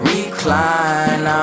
Recline